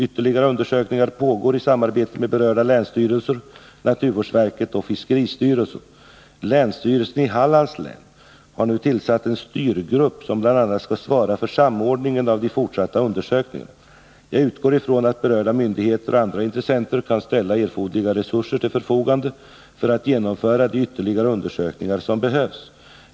Ytterligare undersökningar pågår i samarbete mellan berörda länsstyrelser, naturvårdsverket och fiskeristyrelsen. Länsstyrelsen i Hallands län har nu tillsatt en styrgrupp som bl.a. skall svara för samordningen av de fortsatta undersökningarna. Jag utgår från att berörda myndigheter och andra intressenter kan ställa erforderliga resurser till förfogande för att genomföra de ytterligare undersökningar som behövs.